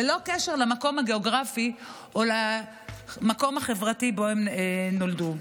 ללא קשר למקום הגיאוגרפי או למקום החברתי שבו הם נולדו.